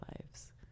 lives